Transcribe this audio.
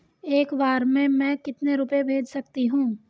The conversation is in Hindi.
एक बार में मैं कितने रुपये भेज सकती हूँ?